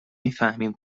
میفهمیم